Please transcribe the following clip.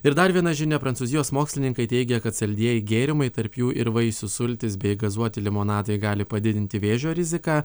ir dar viena žinia prancūzijos mokslininkai teigia kad saldieji gėrimai tarp jų ir vaisių sultys bei gazuoti limonadai gali padidinti vėžio riziką